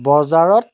বজাৰত